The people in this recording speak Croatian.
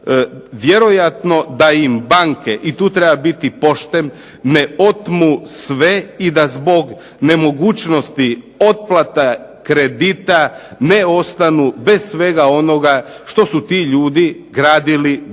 Vjerojatno da im banke, i tu treba biti pošten, ne otmu sve i da zbog nemogućnosti otplata kredita ne ostanu bez svega onoga što su ti ljudi gradili